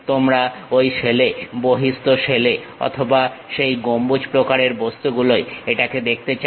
তোমরা ঐ শেলে বহিঃস্থ শেলে অথবা সেই গম্বুজ প্রকারের বস্তুগুলোয় এটাকে দেখতে চাও